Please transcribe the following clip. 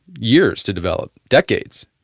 years to develop, decades